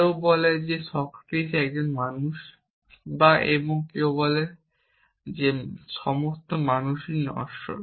কেউ বলে যে সক্রেটিস একজন মানুষ এবং কেউ আপনাকে বলে যে সমস্ত মানুষ নশ্বর